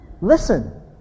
Listen